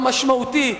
המשמעותי,